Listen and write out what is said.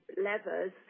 levers